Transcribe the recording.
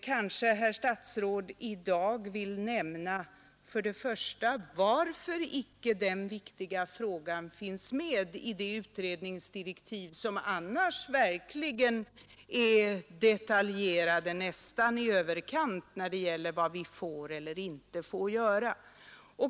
Kanske herr statsrådet i dag vill förklara först och främst varför inte den viktiga frågan finns med i utredningsdirektiven, som annars verkligen är detaljerade nästan i överkant när det gäller vad vi inom utredningen får eller inte får göra.